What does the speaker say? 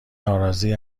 ناراضی